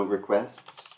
requests